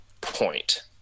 point